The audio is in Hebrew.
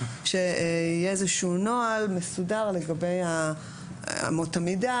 שיהיה איזשהו נוהל מסודר לגבי אמות המידה